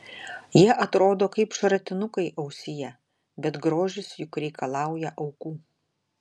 jie atrodo kaip šratinukai ausyje bet grožis juk reikalauja aukų